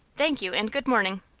thank you, and good-morning.